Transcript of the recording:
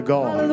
God